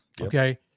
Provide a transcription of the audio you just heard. Okay